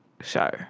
show